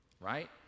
right